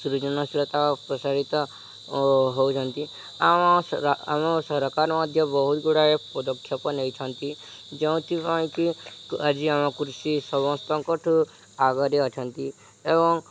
ସୃଜନଶୀଳତା ପ୍ରସାରିତ ହେଉଛନ୍ତି ଆମ ଆମ ସରକାର ମଧ୍ୟ ବହୁତ ଗୁଡ଼ାଏ ପଦକ୍ଷେପ ନେଇଛନ୍ତି ଯେଉଁଥିପାଇଁ କିି ଆଜି ଆମ କୃଷି ସମସ୍ତଙ୍କ ଠୁ ଆଗରେ ଅଛନ୍ତି ଏବଂ